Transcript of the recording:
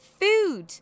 food